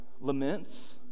laments